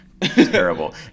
terrible